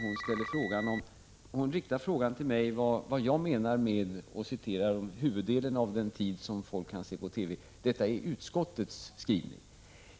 Hon riktar en fråga till mig om vad jag menar med ”huvuddelen av den tid som folk kan se på TV”. Detta är utskottets skrivning.